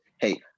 hey